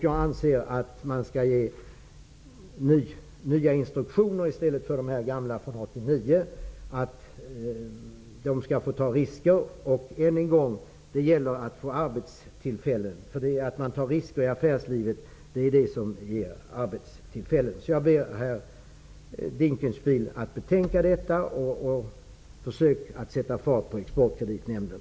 Jag anser att man skall ge nya instruktioner i stället för de gamla från 1989. Exportkreditnämnden måste få ta risker. Än en gång: Det gäller att skapa arbetstillfällen. Att ta risker i affärslivet är det som ger arbetstillfällen. Jag ber herr Dinkelspiel att betänka detta. Försök att sätta fart på Exportkreditnämnden!